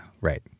right